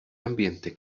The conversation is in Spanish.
ambiente